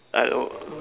I oh